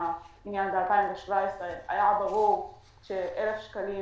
ב-2017 היה ברור ש-1,000 שקלים